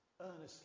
earnestly